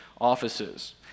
offices